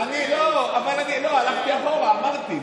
לא, הלכתי אחורה, אמרתי.